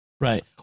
Right